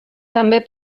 també